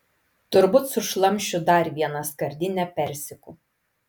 turbūt sušlamšiu dar vieną skardinę persikų